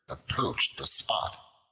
approached the spot.